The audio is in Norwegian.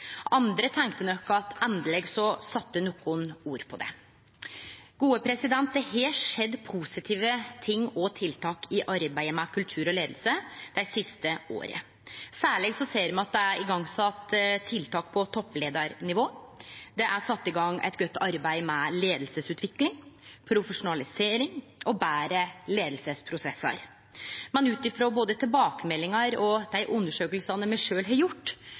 Andre tenkte nok at endeleg sette nokon ord på det. Det har skjedd positive ting og tiltak i arbeidet med kultur og leiing dei siste åra. Særleg ser me at det er sett i gang tiltak på toppleiarnivå. Det er sett i gang eit godt arbeid med leiingsutvikling, profesjonalisering og betre leiingsprosessar. Men ut frå både tilbakemeldingar og dei undersøkingane me sjølve har gjort,